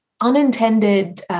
unintended